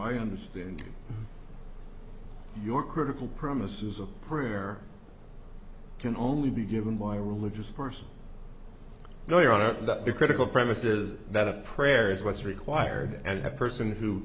i understand your critical promises of prayer can only be given by religious person no your honor the critical premises that a prayer is what's required and a person who